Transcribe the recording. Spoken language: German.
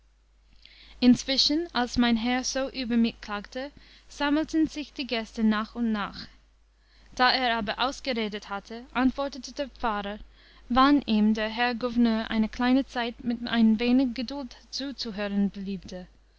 inzwischen als mein herr so über mich klagte sammleten sich die gäste nach und nach da er aber ausgeredet hatte antwortete der pfarrer wann ihm der herr gouverneur eine kleine zeit mit ein wenig gedult zuzuhören beliebte